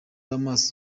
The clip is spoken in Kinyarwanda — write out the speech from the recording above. amaso